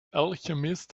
alchemist